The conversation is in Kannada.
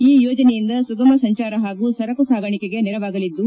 ಈ ಯೋಜನೆಯಿಂದ ಸುಗಮ ಸಂಚಾರ ಹಾಗೂ ಸರಕು ಸಾಗಾಣಿಕೆಗೆ ನೆರವಾಗಲಿದ್ದು